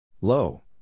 Low